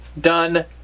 done